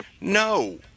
No